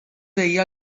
veia